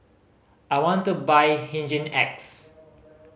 I want to buy Hygin X